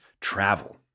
travel